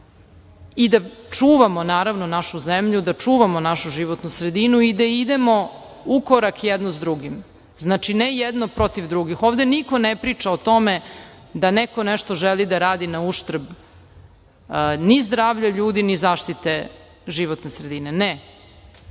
i da čuvamo našu zemlju, da čuvamo našu životnu sredinu i da idemo u korak jedno s drugim. Znači, ne jedno protiv drugih. Ovde niko ne pričao o tome da neko nešto želi da radi na uštrb ni zdravlja ljudi, ni zaštite životne sredine. Ne.